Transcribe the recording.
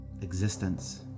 existence